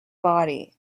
body